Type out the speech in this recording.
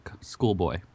schoolboy